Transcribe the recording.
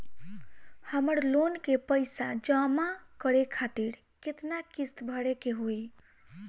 हमर लोन के पइसा जमा करे खातिर केतना किस्त भरे के होई?